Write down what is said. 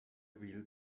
will